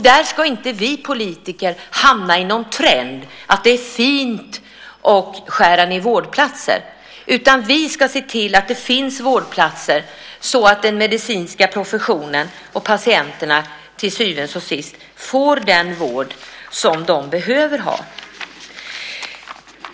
Där ska inte vi politiker hamna i någon trend att det är fint att skära ned vårdplatser, utan vi ska se till att det finns vårdplatser så att den medicinska professionen kan ge och patienterna, till syvende och sist, får den vård som de behöver.